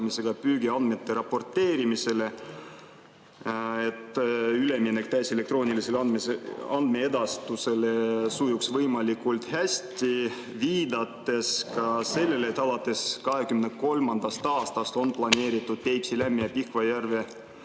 püügiandmete raporteerimisel, et üleminek täiselektroonilisele andmeedastusele sujuks võimalikult hästi, viidates ka sellele, et alates 2023. aastast on planeeritud Peipsi, Lämmi‑ ja Pihkva järvel